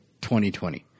2020